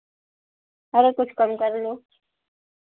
अरे कुछ कम कर लो